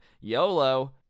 YOLO